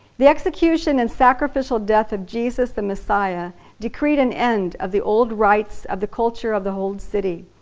the execution and sacrificial death of jesus the messiah decreed an end of the old rites of the culture of the old city.